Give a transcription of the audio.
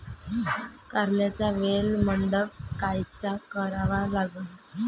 कारल्याचा वेल मंडप कायचा करावा लागन?